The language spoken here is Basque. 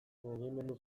mugimendu